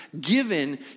given